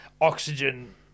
oxygen